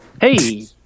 Hey